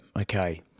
okay